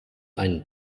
einen